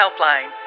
Helpline